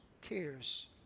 cares